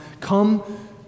Come